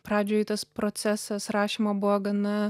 pradžioj tas procesas rašymo buvo gana